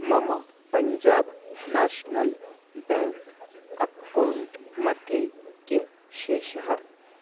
मम Punjab National Bank account मध्ये कः शेषः